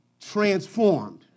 transformed